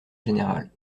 général